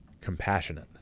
compassionate